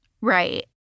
Right